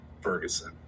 Ferguson